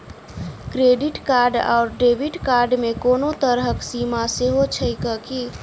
Credit card आओर debit card मे कोनो तरहक सीमा सेहो छैक की?